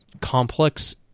complex